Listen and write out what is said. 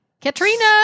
Katrina